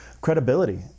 credibility